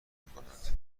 میکنند